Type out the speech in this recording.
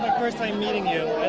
first time meeting you.